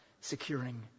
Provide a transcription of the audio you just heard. securing